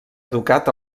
educat